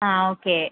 ആ ഓക്കേ